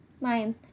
mind